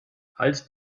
halt